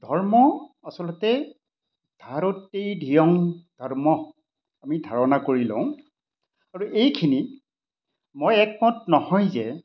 ধৰ্ম আচলতে ধাৰতেই ধিয়ম ধৰ্মহ আমি ধাৰণা কৰি লওঁ আৰু এইখিনি মই একমত নহয় যে